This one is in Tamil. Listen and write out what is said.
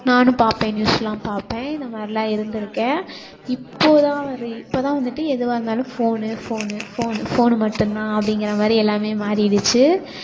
நானும் பார்ப்பேன் நியூஸெலாம் பார்ப்பேன் இந்த மாதிரிலாம் இருந்திருக்கேன் இப்போது தான் நெறய இப்போ தான் வந்துவிட்டு எதுவாக இருந்தாலும் ஃபோனு ஃபோனு ஃபோனு ஃபோனு மட்டும் தான் அப்படிங்கற மாதிரி எல்லாமே மாறிடுச்சு